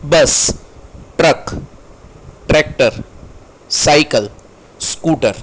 bus truck tractor cycle scooter